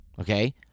Okay